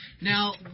Now